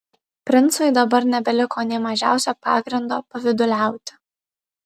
princui dabar nebeliko nė mažiausio pagrindo pavyduliauti